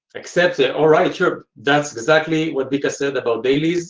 accept it. alright sure. that's exactly what bikas said about dailies